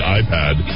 iPad